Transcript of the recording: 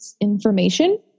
information